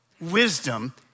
wisdom